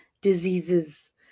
diseases